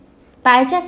but I just